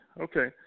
Okay